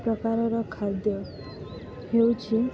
ପ୍ରକାରର ଖାଦ୍ୟ ହେଉଛି